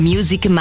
Music